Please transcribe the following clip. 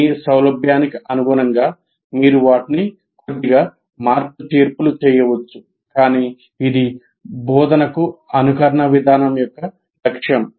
మీ సౌలభ్యానికి అనుగుణంగా మీరు వాటిని కొద్దిగా మార్పు చేర్పులు చేయవచ్చు కానీ ఇది బోధనకు అనుకరణ విధానం యొక్క లక్ష్యం